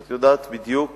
את יודעת בדיוק